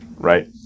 right